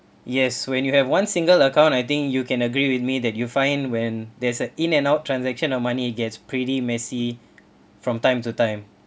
yes when you have one single account I think you can agree with me that you find when there's a in and out transaction of money gets pretty messy from time to time